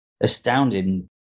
astounding